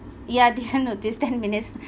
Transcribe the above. ya this one noticed ten minutes